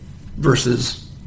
versus